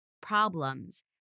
problems